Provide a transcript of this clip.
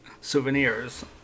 souvenirs